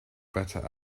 better